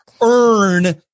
Earn